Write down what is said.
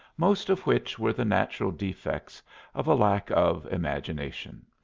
most of which were the natural defects of a lack of imagination.